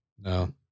No